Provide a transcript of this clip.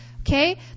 okay